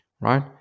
right